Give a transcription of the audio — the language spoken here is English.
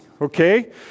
okay